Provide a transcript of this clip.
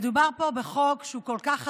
מדובר פה בחוק שהוא כל כך חשוב.